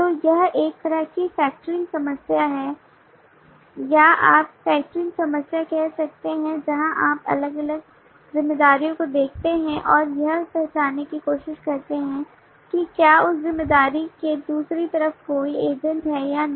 तो यह एक तरह की फैक्टरिंग समस्या है या आप रिफैक्टिंग समस्या कह सकते हैं जहां आप अलग अलग जिम्मेदारियों को देखते हैं और यह पहचानने की कोशिश करते हैं कि क्या उस जिम्मेदारी के दूसरी तरफ कोई एजेंट है या नहीं